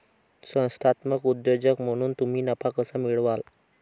संस्थात्मक उद्योजक म्हणून तुम्ही नफा कसा मिळवाल?